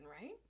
right